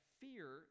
fear